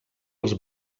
els